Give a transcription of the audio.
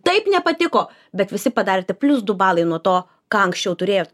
taip nepatiko bet visi padarėte plius du balai nuo to ką anksčiau turėjot